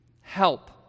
help